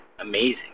Amazing